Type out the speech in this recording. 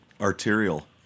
arterial